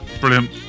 brilliant